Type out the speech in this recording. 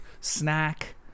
snack